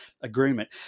Agreement